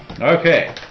Okay